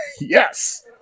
Yes